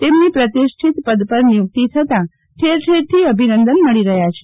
તેમની પ્રતિષ્ઠિત પદ પર નિયુક્તિ થતાં ઠેરઠેરથી અભિનંદન મળી રહ્યા છે